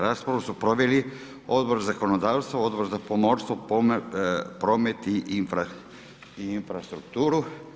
Raspravu su proveli Odbor za zakonodavstvo, Odbor za pomorstvo, promet i infrastrukturu.